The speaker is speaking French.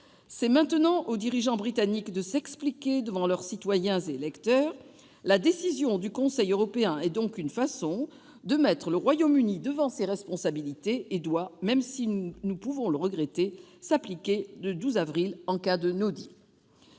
C'est maintenant aux dirigeants britanniques de s'expliquer devant leurs citoyens et électeurs. La décision du Conseil européen est donc une façon de mettre le Royaume-Uni devant ses responsabilités et doit, même si nous pouvons le regretter, s'appliquer le 12 avril en cas de.